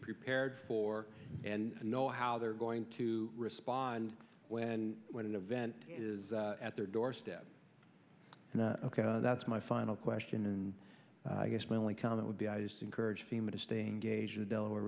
prepared for and know how they're going to respond when when an event is at their doorstep and that's my final question i guess my only comment would be i just encourage them to stay engaged the delaware